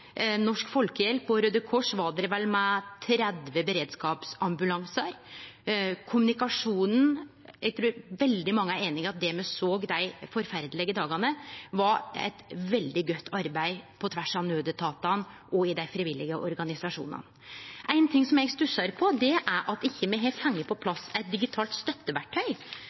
Norsk Folkehjelp og Raudekrossen var der vel med 30 beredskapsambulansar. Når det gjeld kommunikasjonen, trur eg veldig mange er einige i at det me såg dei forferdelege dagane, var eit veldig godt arbeid på tvers av naudetatane og i dei frivillige organisasjonane. Ein ting som eg stussar på, er at me ikkje har fått på plass eit digitalt